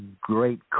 great